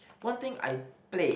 one thing I played